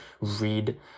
read